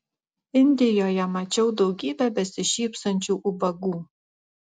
indijoje mačiau daugybę besišypsančių ubagų